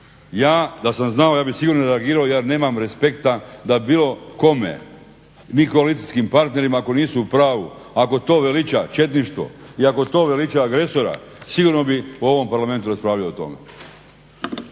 Ja da sam znao ja bih sigurno reagirao, ja nemam respekta da bilo kome. Vi koalicijskim partnerima ako nisu u pravu, ako to veliča četništvo i ako to veliča agresora sigurno bi u ovom Parlamentu raspravljao o tome.